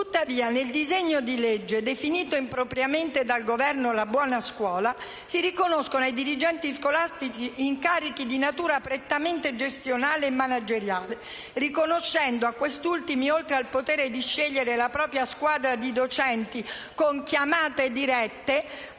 Tuttavia, nel disegno di legge definito impropriamente dal Governo «la buona scuola», si riconoscono ai dirigenti scolastici incarichi di natura prettamente gestionale e manageriale, riconoscendo a questi ultimi, oltre al potere di scegliere la propria squadra di docenti, con chiamate dirette,